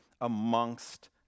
amongst